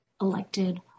elected